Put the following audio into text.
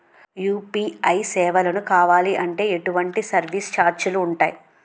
UPI సేవలను కావాలి అంటే ఎటువంటి సర్విస్ ఛార్జీలు ఉంటాయి?